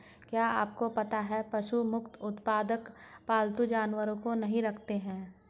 क्या आपको पता है पशु मुक्त उत्पादक पालतू जानवरों को नहीं रखते हैं?